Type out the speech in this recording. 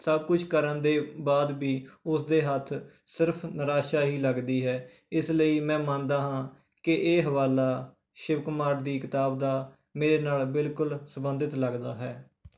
ਸਭ ਕੁਛ ਕਰਨ ਦੇ ਬਾਅਦ ਵੀ ਉਸ ਦੇ ਹੱਥ ਸਿਰਫ ਨਿਰਾਸ਼ਾ ਹੀ ਲੱਗਦੀ ਹੈ ਇਸ ਲਈ ਮੈਂ ਮੰਨਦਾ ਹਾਂ ਕਿ ਇਹ ਹਵਾਲਾ ਸ਼ਿਵ ਕੁਮਾਰ ਦੀ ਕਿਤਾਬ ਦਾ ਮੇਰੇ ਨਾਲ ਬਿਲਕੁਲ ਸੰਬੰਧਿਤ ਲੱਗਦਾ ਹੈ